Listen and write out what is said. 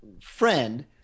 friend